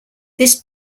this